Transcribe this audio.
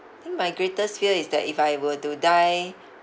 I think my greatest fear is that if I were to die